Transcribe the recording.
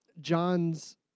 John's